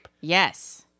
Yes